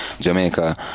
Jamaica